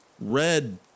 red